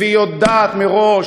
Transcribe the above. והיא יודעת מראש,